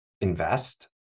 invest